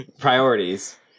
priorities